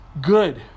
good